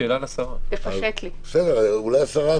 אתה תדבר עכשיו ואחר כך ראש עיריית אילת,